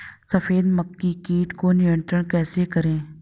सफेद मक्खी कीट को नियंत्रण कैसे करें?